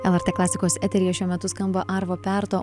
lrt klasikos eteryje šiuo metu skamba arvo perto